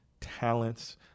talents